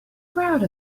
proud